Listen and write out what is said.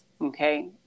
okay